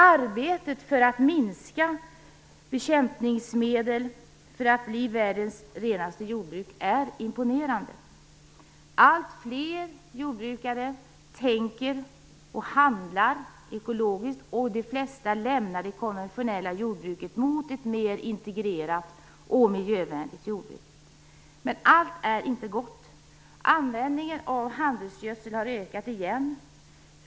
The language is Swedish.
Arbetet för att minska användningen av bekämpningsmedel för att vårt jordbruk skall bli världens renaste är imponerande. Alltfler jordbrukare tänker och handlar ekologiskt, och de flesta lämnar det konventionella jordbruket till förmån för ett mer integrerat och miljövänligt jordbruk. Men allt är inte gott. Användningen av handelsgödsel har ökat igen.